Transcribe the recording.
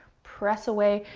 press away.